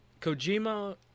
Kojima